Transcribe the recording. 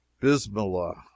bismillah